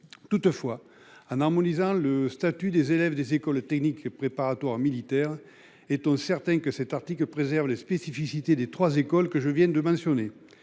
Toutefois en harmonisant le statut des élèves des écoles techniques préparatoires militaire est un certain que cet article préserve les spécificités des 3 écoles que je viens de mentionner,